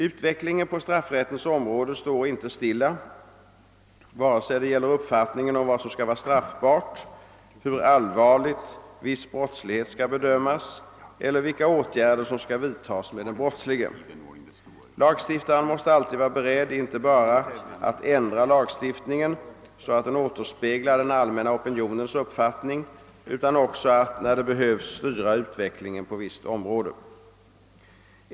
Utvecklingen på straffrättens område står inte stilla, vare sig det gäller uppfattningen om vad som skall vara straffbart, hur allvarligt viss brottslighet skall bedömas eller vilka åtgärder som skall vidtas med den brottslige. Lagstiftaren måste alltid vara beredd, inte bara att ändra lagstiftningen så att den återspeglar den allmänna opinionens uppfattning utan också att, när det behövs, styra utvecklingen på visst område.